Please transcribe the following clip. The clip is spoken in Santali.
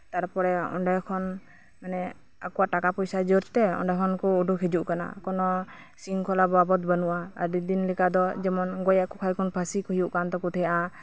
ᱛᱟᱨᱯᱚᱨᱮ ᱚᱱᱰᱮ ᱠᱷᱚᱱ ᱟᱠᱚᱣᱟᱜ ᱴᱟᱠᱟ ᱯᱚᱯᱭᱥᱟ ᱡᱳᱨᱛᱮ ᱚᱱᱰᱮ ᱠᱷᱚᱱ ᱠᱚ ᱩᱰᱩᱠ ᱦᱤᱡᱩᱜ ᱠᱟᱱᱟ ᱠᱳᱱᱳ ᱥᱤᱚᱝᱠᱷᱚᱞᱟ ᱵᱟᱵᱚᱫ ᱫᱚ ᱵᱟᱹᱱᱩᱜᱼᱟ ᱟᱹᱰᱤ ᱫᱤᱱ ᱞᱮᱠᱟ ᱫᱚ ᱜᱚᱡ ᱮᱫ ᱠᱚᱣᱟ ᱠᱚ ᱠᱷᱟᱱ ᱯᱷᱟᱥᱤ ᱠᱚ ᱦᱩᱭᱩᱜ ᱠᱟᱱ ᱛᱟᱠᱚᱣᱟ